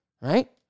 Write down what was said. right